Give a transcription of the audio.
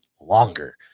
longer